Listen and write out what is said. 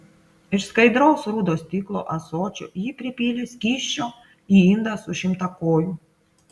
iš skaidraus rudo stiklo ąsočio ji pripylė skysčio į indą su šimtakoju